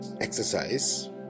exercise